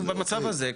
שהוא במצב הזה כבר.